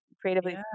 creatively